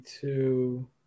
two